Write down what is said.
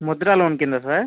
Mudra loan క్రిందా sir